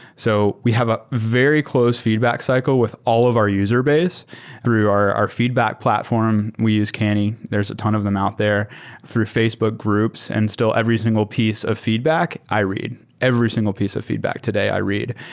so we have a very close feedback cycle with all of our user base through our our feedback platform. we use canny. there's a ton of them out there through facebook groups, and still every single piece of feedback i read. every single piece of feedback today i read.